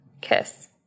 kiss